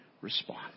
respond